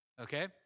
Okay